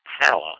power